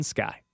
Sky